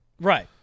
Right